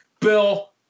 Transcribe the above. Bill